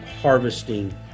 harvesting